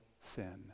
sin